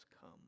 come